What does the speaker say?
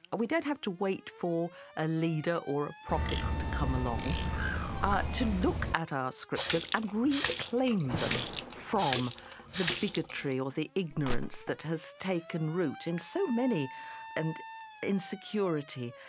we don't have to wait for a leader or a prophet to come along ah to look at our scriptures and reclaim them from the bigotry or the ignorance that has taken root in so many and insecurity,